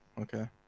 okay